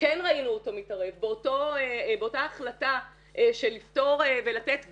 כן ראינו אותו מתערב באותה החלטה של לפטור ולתת גט,